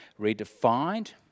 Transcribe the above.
redefined